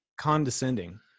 condescending